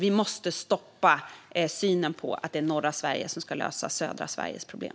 Vi måste stoppa synen att norra Sverige ska lösa södra Sveriges problem.